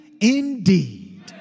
indeed